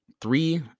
three